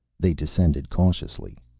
they descended cautiously.